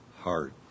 heart